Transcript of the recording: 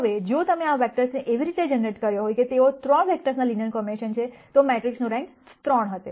હવે જો તમે આ વેક્ટર્સને એવી રીતે જનરેટ કર્યા હોત કે તેઓ 3 વેક્ટર્સના લિનયર કોમ્બિનેશન છે તો મેટ્રિક્સનો રેન્ક 3 હોત